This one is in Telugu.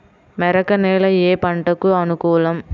మెరక నేల ఏ పంటకు అనుకూలం?